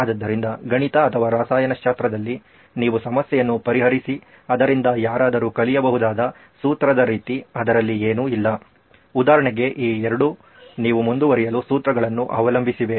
ಆದ್ದರಿಂದ ಗಣಿತ ಅಥವಾ ರಸಾಯನಶಾಸ್ತ್ರದಲ್ಲಿ ನೀವು ಸಮಸ್ಯೆಯನ್ನು ಪರಿಹರಿಸಿ ಅದರಿಂದ ಯಾರಾದರೂ ಕಲಿಯಬಹುದಾದ ಸೂತ್ರದ ರೀತಿ ಅದರಲ್ಲಿ ಏನೂ ಇಲ್ಲ ಉದಾಹರಣೆಗೆ ಈ ಎರಡು ನೀವು ಮುಂದುವರಿಯಲು ಸೂತ್ರಗಳನ್ನು ಅವಲಂಬಿಸಿವೆ